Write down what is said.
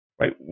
right